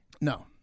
No